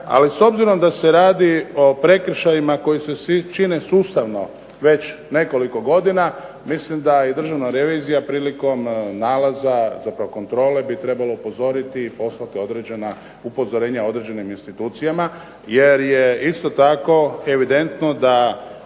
ali s obzirom da se radi o prekršajima koji se čine sustavno već nekoliko godina, mislim da i Državna revizija prilikom nalaza, zapravo kontrole trebala bi upozoriti i poslati upozorenja određenim institucijama jer je isto tako evidentno da